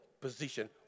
position